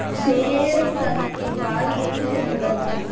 भेड़ सन के बाल जल्दी जल्दी बढ़ेला